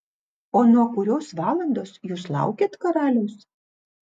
o nuo kurios valandos jūs laukėt karaliaus